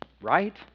right